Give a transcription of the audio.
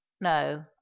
no